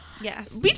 Yes